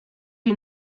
you